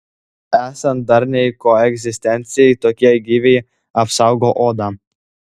esant darniai koegzistencijai tokie gyviai apsaugo odą